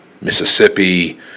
Mississippi